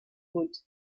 wood